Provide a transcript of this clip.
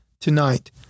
tonight